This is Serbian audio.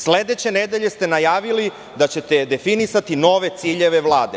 Sledeće nedelje ste najavili da ćete definisati nove ciljeve Vlade.